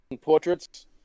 portraits